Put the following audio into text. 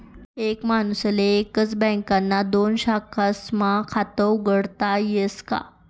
एक माणूसले एकच बँकना दोन शाखास्मा खातं उघाडता यस का?